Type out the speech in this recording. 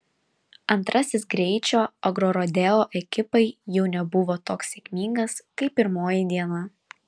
antrasis greičio agrorodeo ekipai jau nebuvo toks sėkmingas kaip pirmoji diena